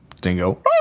Dingo